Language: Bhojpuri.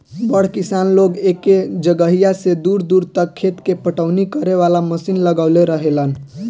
बड़ किसान लोग एके जगहिया से दूर दूर तक खेत के पटवनी करे वाला मशीन लगवले रहेलन